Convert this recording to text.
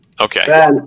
Okay